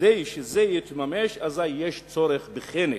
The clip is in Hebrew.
כדי שזה יתממש, יש צורך בחנק.